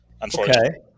unfortunately